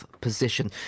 position